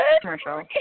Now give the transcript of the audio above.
commercial